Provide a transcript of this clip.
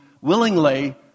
willingly